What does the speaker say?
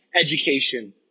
education